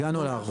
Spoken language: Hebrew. הגענו לערבות.